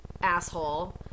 asshole